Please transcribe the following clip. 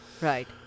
right